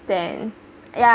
then yeah